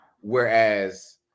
whereas